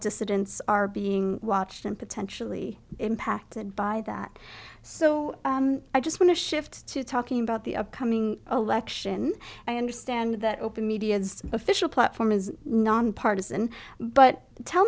dissidents are being watched and potentially impacted by that so i just want to shift to talking about the upcoming election i understand that open media and official platform is nonpartisan but tell